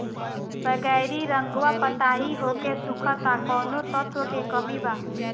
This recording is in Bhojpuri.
बैगरी रंगवा पतयी होके सुखता कौवने तत्व के कमी बा?